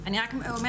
אני רק אומרת,